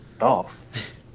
off